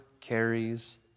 carries